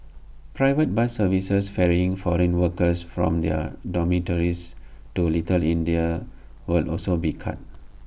private bus services ferrying foreign workers from their dormitories to little India will also be cut